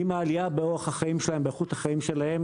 עם העליה באורח החיים שלהם, באיכות החיים שלהם,